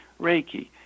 reiki